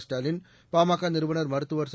ஸ்டாலின் பாமக நிறுவனர் மருத்துவர் ச